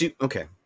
okay